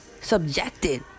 subjected